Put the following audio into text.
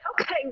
okay